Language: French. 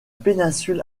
péninsule